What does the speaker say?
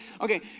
Okay